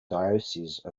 diocese